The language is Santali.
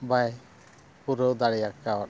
ᱵᱟᱭ ᱯᱩᱨᱟᱹᱣ ᱫᱟᱲᱮ ᱟᱠᱟᱣᱫᱟ